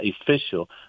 official